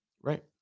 Right